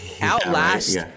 Outlast